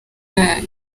yayo